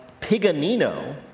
piganino